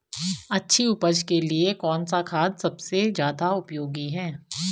अच्छी उपज के लिए कौन सा खाद सबसे ज़्यादा उपयोगी है?